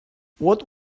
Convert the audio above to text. what